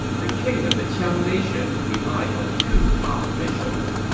the king of the qiang nation relied on two top officials.